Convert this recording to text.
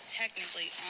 technically